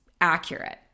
accurate